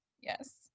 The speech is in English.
Yes